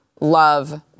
love